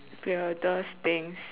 weirdest things